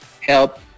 help